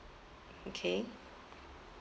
okay